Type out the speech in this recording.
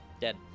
dead